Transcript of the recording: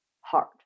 hard